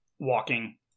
Walking